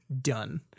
done